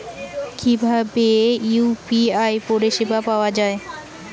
কিভাবে ইউ.পি.আই পরিসেবা পাওয়া য়ায়?